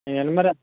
ఏవండీ మరి